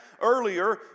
earlier